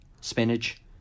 spinach